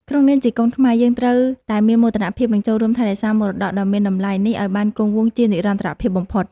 ក្នុងនាមជាកូនខ្មែរ យើងត្រូវតែមានមោទនភាព និង ចូលរួមថែរក្សាមរតកដ៏មានតម្លៃនេះឱ្យបានគង់វង្សជានិរន្តរភាពបំផុត។